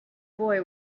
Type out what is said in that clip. boy